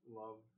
love